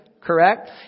Correct